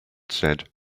said